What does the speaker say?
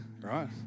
right